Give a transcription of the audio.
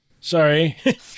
Sorry